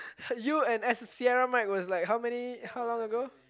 you and Sierra-Mike how was like how many how long ago